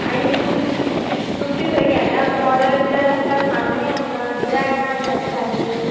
आनी तुम तुमची थंय केन्नाय अशी ऑर्डर बिर्डर आसा सांग मगे आमकां गिरायक ना गे ह्या दिसांनी